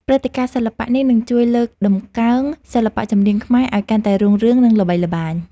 ព្រឹត្តិការណ៍សិល្បៈនេះនឹងជួយលើកតម្កើងសិល្បៈចម្រៀងខ្មែរឱ្យកាន់តែរុងរឿង និង ល្បីល្បាញ។